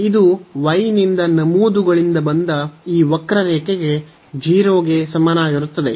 ಇದು y ನಿಂದ ನಮೂದುಗಳಿಂದ ಬಂದ ಈ ವಕ್ರರೇಖೆಗೆ 0 ಗೆ ಸಮನಾಗಿರುತ್ತದೆ